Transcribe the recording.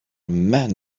man